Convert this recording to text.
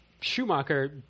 Schumacher